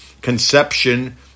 Conception